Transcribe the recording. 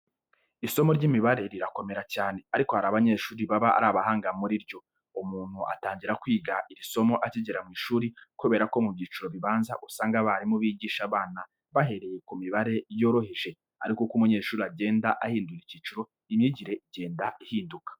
Isomo ry'imibare rirakomera cyane ariko hari abanyeshuri baba ari abahanga muri ryo. Umuntu atangira kwiga iri somo akigera mu ishuri kubera ko mu byiciro bibanza usanga abarimu bigisha abana bahereye ku mibare yoroheje ariko uko umunyeshuri agenda ahindura icyiciro imyigire igenda ihinduka.